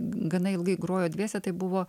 gana ilgai grojo dviese tai buvo